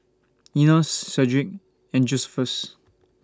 Enos Shedrick and Josephus